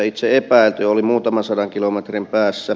itse epäilty oli muutaman sadan kilometrin päässä